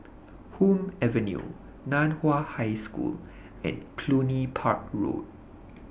Hume Avenue NAN Hua High School and Cluny Park Road